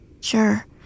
Sure